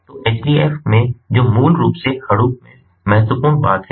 तो HDFs में जो मूल रूप से Hadoop में महत्वपूर्ण बात है